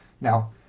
Now